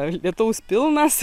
ar lietaus pilnas